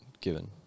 Given